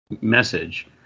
message